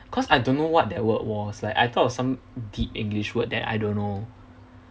cause I don't know what that word was like I thought it was some deep english word that I don't know